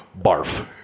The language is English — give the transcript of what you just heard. Barf